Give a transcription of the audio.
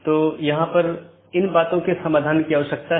तो यह एक तरह की नीति प्रकारों में से हो सकता है